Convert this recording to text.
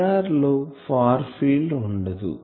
Er లో far field ఉండదు